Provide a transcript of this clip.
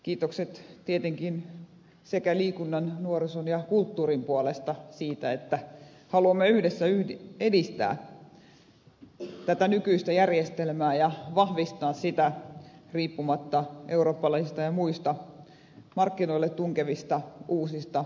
kiitokset tietenkin sekä liikunnan nuorison että kulttuurin puolesta siitä että haluamme yhdessä edistää tätä nykyistä järjestelmää ja vahvistaa sitä riippumatta eurooppalaisista ja muista markkinoille tunkevista uusista yrittäjistä